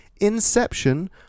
Inception